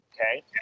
okay